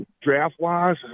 draft-wise